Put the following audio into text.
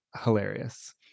Hilarious